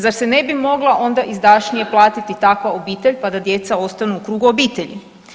Zar se ne bi mogla onda izdašnije platiti takva obitelj, pa da djeca ostanu u krugu obitelji.